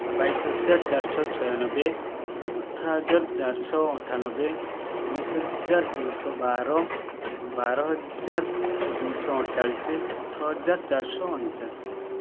ବାଇଶ୍ ହଜାର୍ ଚାରିଶହ ଛୟାନବେ ଅଠ୍ରହଜାର୍ ଚାର୍ଶହ ଅଠାନବେ ଉଣେଇଶ୍ ହଜାର୍ ଦୁଇଶହ ବାର ବାରହଜାର୍ ଦୁଇଶହ ଅଠ୍ଚାଳିଶି ଅଠ୍ରହଜାର୍ ଚାରି ଶହ ଅଣଚାଶ୍